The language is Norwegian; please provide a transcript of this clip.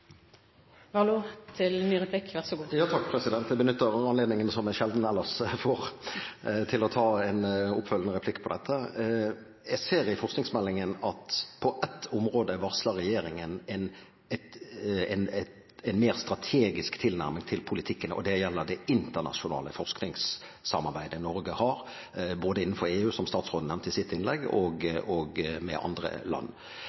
til ny replikk. Jeg benytter anledningen som jeg sjelden ellers får, til å ta en oppfølgende replikk på dette. Jeg ser i forskningsmeldingen at på ett område varsler regjeringen en mer strategisk tilnærming til politikken, og det gjelder det internasjonale forskningssamarbeidet Norge har både innenfor EU, som statsråden nevnte i sitt innlegg, og med andre land.